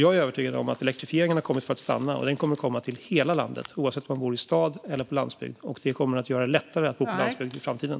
Jag är övertygad om att elektrifieringen har kommit för att stanna, och den kommer att komma till hela landet, både stad och landsbygd. Den kommer att göra det lättare att bo på landsbygden i framtiden.